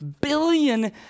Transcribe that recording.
billion